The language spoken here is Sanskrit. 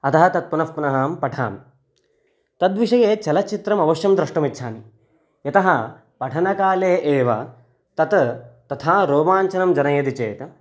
अतः तत् पुनः पुनः अहं पठामि तद्विषये चलच्चित्रम् अवश्यं द्रष्टुमिच्छामि यतः पठनकाले एव तत् तथा रोमाञ्चनं जनयति चेत्